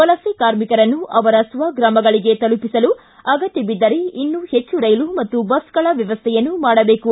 ವಲಸೆ ಕಾರ್ಮಿಕರನ್ನು ಅವರ ಸ್ವಗ್ರಾಮಗಳಿಗೆ ತಲುಪಿಸಲು ಆಗತ್ಕಬಿದ್ದರೆ ಇನ್ನೂ ಹೆಚ್ಚು ರೈಲು ಮತ್ತು ಬಸ್ಸ್ಗಳ ವ್ಯವಸ್ಥೆಯನ್ನು ಮಾಡಬೇಕು